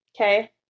Okay